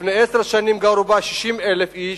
לפני עשר שנים גרו בה 60,000 איש,